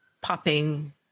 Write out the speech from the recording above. popping